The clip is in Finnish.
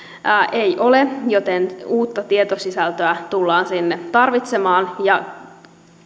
ei ole joten uutta tietosisältöä tullaan sinne tarvitsemaan ja